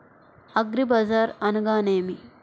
అగ్రిబజార్ అనగా నేమి?